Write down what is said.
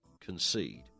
concede